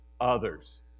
others